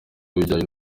bijyanye